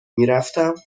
میرفتم